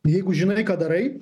jeigu žinai ką darai